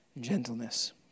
Gentleness